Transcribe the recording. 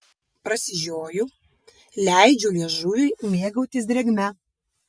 prasižioju leidžiu liežuviui mėgautis drėgme